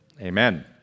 Amen